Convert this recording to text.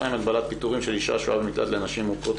62) (הגבלת פיטורים של אישה השוהה במקלט לנשים מוכות),